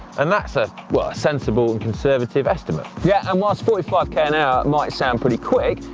and that's a, well a sensible, and conservative estimate. yeah, and whilst forty five k an hour might sound pretty quick,